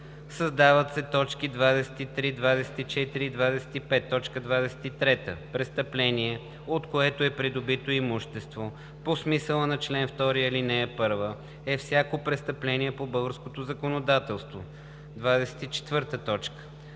създават се т. 23, 24 и 25: „23. „Престъпление, от което е придобито имуществото“ по смисъла на чл. 2, ал. 1 е всяко престъпление по българското законодателство. 24.